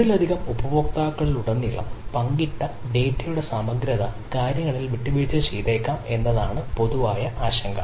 ഒന്നിലധികം ഉപയോക്താക്കളിലുടനീളം പങ്കിട്ട ഡാറ്റയുടെ സമഗ്രത കാര്യങ്ങളിൽ വിട്ടുവീഴ്ച ചെയ്തേക്കാം എന്നതാണ് പൊതുവായ ആശങ്ക